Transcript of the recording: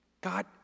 God